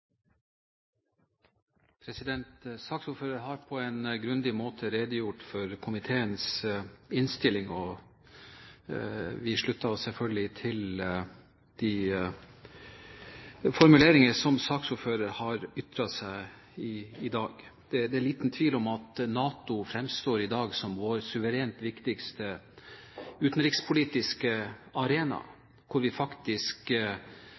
har på en grundig måte redegjort for komiteens innstilling. Vi slutter oss selvfølgelig til de formuleringer som saksordføreren har ytret i dag. Det er liten tvil om at NATO i dag fremstår som vår suverent viktigste utenrikspolitiske arena. Der er vi faktisk